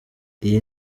iyi